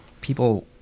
people